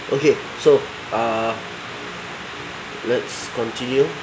okay so uh let's continue